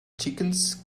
chickens